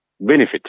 benefit